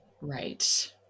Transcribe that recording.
Right